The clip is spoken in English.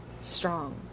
strong